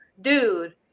dude